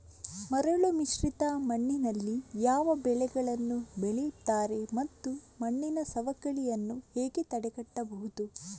ಮರಳುಮಿಶ್ರಿತ ಮಣ್ಣಿನಲ್ಲಿ ಯಾವ ಬೆಳೆಗಳನ್ನು ಬೆಳೆಯುತ್ತಾರೆ ಮತ್ತು ಮಣ್ಣಿನ ಸವಕಳಿಯನ್ನು ಹೇಗೆ ತಡೆಗಟ್ಟಬಹುದು?